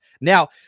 now